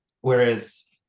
Whereas